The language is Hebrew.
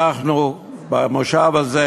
אנחנו במושב הזה